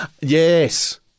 Yes